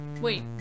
Wait